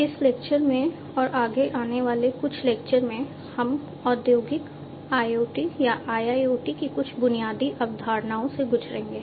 इस लेक्चर में और आगे आने वाले कुछ लेक्चर में हम औद्योगिक IoT या IIoT की कुछ बुनियादी अवधारणाओं से गुजरेंगे